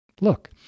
Look